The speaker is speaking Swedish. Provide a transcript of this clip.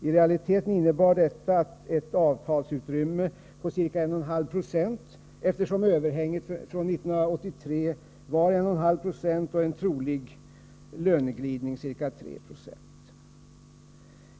I realiteten innebar det ett avtalsutrymme på ca 1,5 70, eftersom överhänget från 1983 var 1,5 20 och en trolig löneglidning ca 3 90.